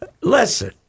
Listen